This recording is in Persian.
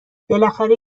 بالاخره